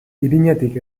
irinetik